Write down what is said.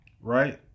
Right